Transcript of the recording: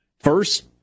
first